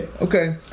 Okay